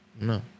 No